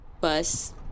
bus